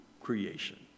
creation